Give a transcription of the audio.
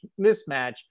mismatch